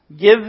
Give